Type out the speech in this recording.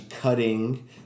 cutting